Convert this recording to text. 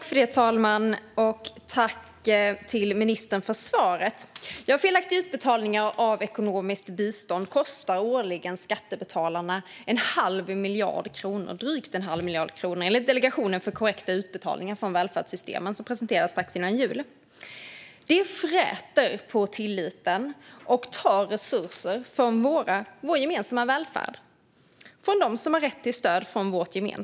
Fru talman! Tack, ministern, för svaret! Felaktiga utbetalningar av ekonomiskt bistånd kostar skattebetalarna drygt en halv miljard kronor årligen, enligt Delegationen för korrekta utbetalningar från välfärdssystemen, som presenterade sin utredning strax före jul. Detta fräter på tilliten och tar resurser från vår gemensamma välfärd och från dem som har rätt till stöd.